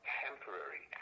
temporary